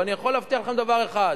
אבל אני יכול להבטיח לכם דבר אחד: